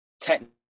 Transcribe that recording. technically